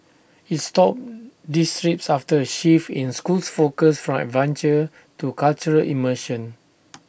IT stopped these trips after A shift in school's focus from adventure to cultural immersion